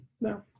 No